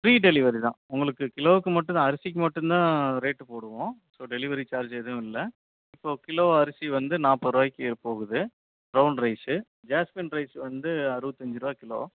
free delivery தான் உங்களுக்கு கிலோவுக்கு மட்டும் தான் அரிசிக்கு மட்டும் தான் ரேட் போடுவோம் ஸோ டெலிவரி சார்ஜ் எதுவும் இல்லை ஸோ கிலோ அரிசி வந்து நாற்பது ருபாய்க்கு போகுது பிரௌன் ரைஸ்ஸு ஜாஸ்மின் ரைஸ் வந்து அறுவத்தஞ்சு ருபவா கிலோ